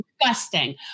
disgusting